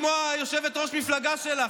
כמו יושבת-ראש המפלגה שלך.